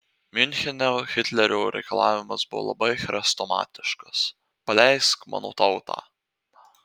miunchene hitlerio reikalavimas buvo labai chrestomatiškas paleisk mano tautą